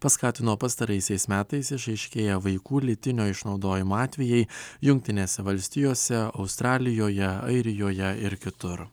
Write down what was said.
paskatino pastaraisiais metais išaiškėję vaikų lytinio išnaudojimo atvejai jungtinėse valstijose australijoje airijoje ir kitur